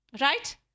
right